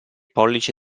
pollice